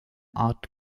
art